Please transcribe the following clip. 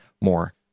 more